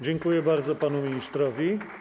Dziękuję bardzo panu ministrowi.